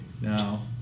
Now